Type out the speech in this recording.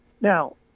now